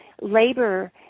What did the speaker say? labor